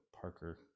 Parker